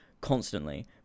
constantly